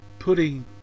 putting